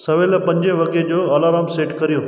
सवेल पंज वॻे जो अलार्म सेट कयो